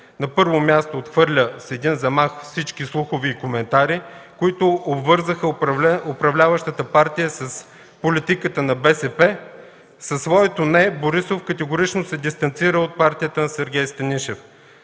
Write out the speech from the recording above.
На първо място, отхвърля с един замах всички слухове и коментари, които обвързаха управляващата партия с политиката на БСП. Със своето „не” Борисов категорично се дистанцира от партията на Сергей Станишев.